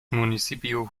municipio